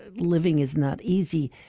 living is not easy.